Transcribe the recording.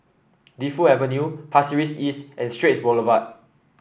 Defu Avenue Pasir Ris East and Straits Boulevard